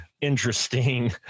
interesting